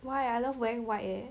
why I love wearing white leh